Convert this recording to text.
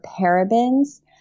parabens